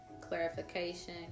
clarification